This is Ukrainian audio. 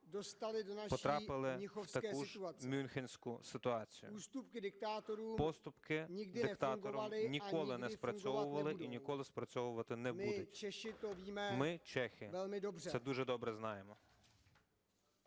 потрапили в таку ж мюнхенську ситуацію. Поступки диктаторам ніколи не спрацьовували і ніколи спрацьовувати не будуть. Ми, чехи, це дуже добре знаємо.